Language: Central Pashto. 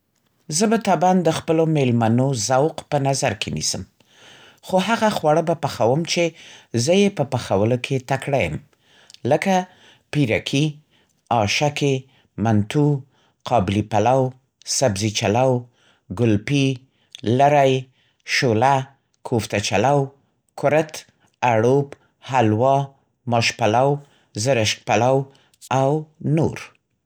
زه به طبعا د خپلو مېلمنو ذوق په نظر کې نیسم. خو هغه خواړه به پخوم چې زه یې په پخولو کې تکړه یم. لکه؛ پیرکي، آشکې، منتو، قابلی پلو، سبزي چلو، ګلپي، لری، شُله، کوفته چلو، کورِت، اړوب، حلوا، ماش پلو، زرشک پلو او نور.